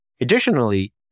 Additionally